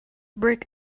brick